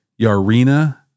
Yarina